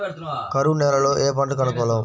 కరువు నేలలో ఏ పంటకు అనుకూలం?